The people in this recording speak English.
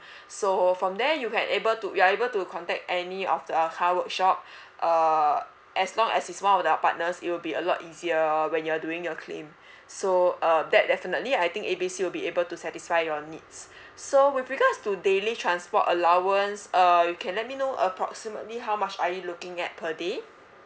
so from then you can able to you are able to contact any of the car workshop uh as long as it's one of our partners it'll be a lot easier when you're doing your claim so uh that definitely I think A B C will be able to satisfy your needs so with regards to daily transport allowance uh you can let me know approximately how much are you looking at per day